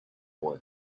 boy